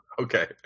Okay